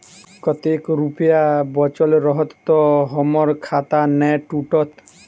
कतेक रुपया बचल रहत तऽ हम्मर खाता नै टूटत?